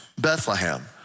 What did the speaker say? Bethlehem